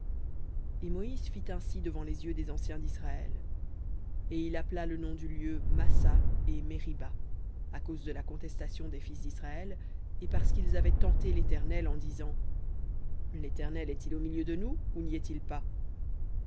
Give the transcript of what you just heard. et moïse fit ainsi devant les yeux des anciens disraël et il appela le nom du lieu massa et meriba à cause de la contestation des fils d'israël et parce qu'ils avaient tenté l'éternel en disant l'éternel est-il au milieu de nous ou n'y est-il pas